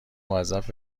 موظف